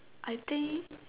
I think